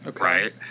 right